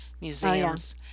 Museums